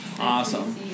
awesome